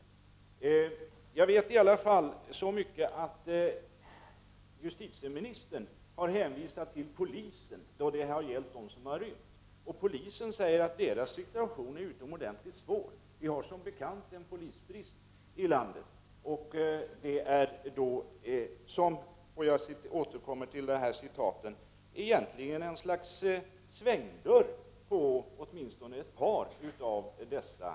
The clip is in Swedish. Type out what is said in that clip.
Så mycket vet jag i varje fall som att justitieministern har hänvisat till polisen då det gällt dem som rymt. Polisen säger att polisens situation är utomordentligt svår. Vi har som bekant en polisbrist i landet. Man kan egentligen, för att återkomma till vad som uttalats, tala om ett slags svängdörr på åtminstone ett par av sjukhusen.